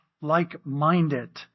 like-minded